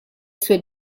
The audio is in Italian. sue